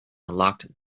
unlocked